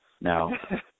Now